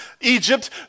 Egypt